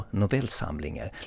novellsamlingar